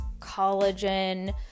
collagen